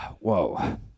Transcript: Whoa